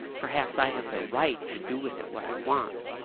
perhaps i have the right to do with it what i want.